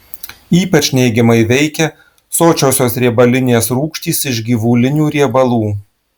ypač neigiamai veikia sočiosios riebalinės rūgštys iš gyvulinių riebalų